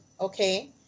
okay